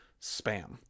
spam